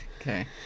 okay